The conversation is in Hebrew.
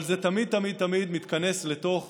אבל זה תמיד תמיד תמיד מתכנס לתוך